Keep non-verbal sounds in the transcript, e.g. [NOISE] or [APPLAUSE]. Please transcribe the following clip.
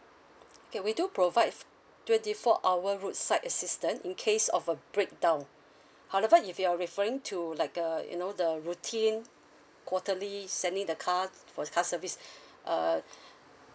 okay we do provide f~ twenty four hour roadside assistant in case of a breakdown [BREATH] however if you are referring to like uh you know the routine quarterly sending the car for car service [BREATH] err [BREATH]